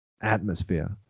atmosphere